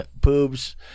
boobs